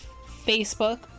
Facebook